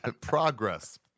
Progress